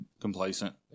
complacent